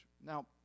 Now